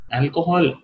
alcohol